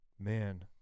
Man